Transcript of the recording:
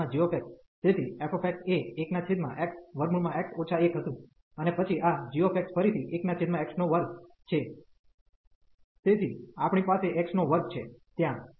અને આ fxgx તેથી f એ 1xx 1 હતું અને પછી આ g ફરીથી 1x2 છે તેથી આપણી પાસે x નો વર્ગ છે ત્યાં